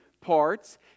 parts